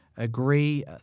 Agree